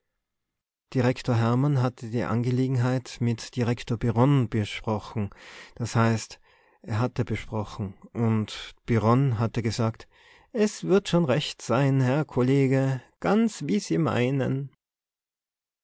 hermann hatte die angelegenheit mit direktor birron besprochen das heißt er hatte gesprochen und birron hatte gesagt es wird schon recht sein herr kollege ganz wie sie meinen